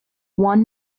one